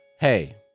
hey